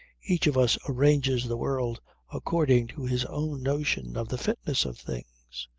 each of us arranges the world according to his own notion of the fitness of things.